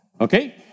Okay